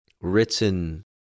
written